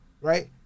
right